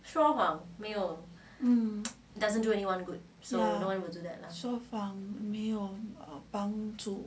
说谎没有帮助